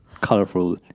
colorful